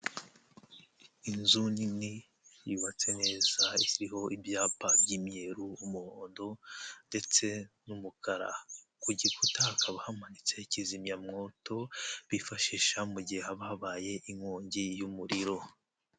Inzu nini yubatse neza iriho ibyapa by'imyeru, umuhondo ndetse n'umukara kugikuta hakaba hamanitse kizimyamwoto bifashisha mu gihe haba habaye inkongi y'umuriro.